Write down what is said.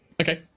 okay